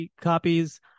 copies